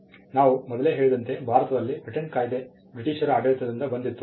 ನಾವು ಮೊದಲೇ ಹೇಳಿದಂತೆ ಭಾರತದಲ್ಲಿ ಪೇಟೆಂಟ್ ಕಾಯ್ದೆ ಬ್ರಿಟಿಷರ ಆಡಳಿತದಿಂದ ಬಂದಿತು